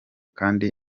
kandi